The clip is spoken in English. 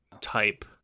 type